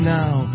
now